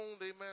amen